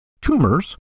tumors